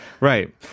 Right